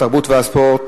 התרבות והספורט,